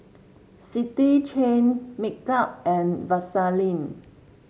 City Chain Make Up and Vaseline